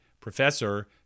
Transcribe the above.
Professor